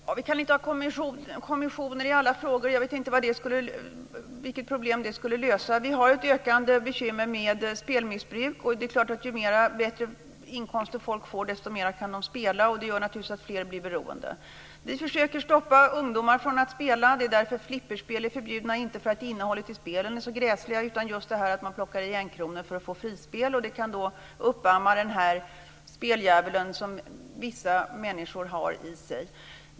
Fru talman! Vi kan inte ha kommissioner i alla frågor. Jag vet inte vilket problem det skulle lösa. Vi har ett ökande bekymmer med spelmissbruk. Det är klart att ju bättre inkomster människor får, desto mer kan de spela. Det gör naturligtvis att fler blir beroende. Vi försöker stoppa ungdomar från att spela. Det är därför flipperspel är förbjudna. Det är de inte därför att innehållet i spelen är så gräsligt, utan det är de för att man stoppar i enkronor för att få frispel. Det kan uppamma speldjävulen som vissa människor har i sig.